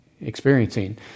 experiencing